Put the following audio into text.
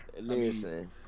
Listen